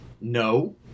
No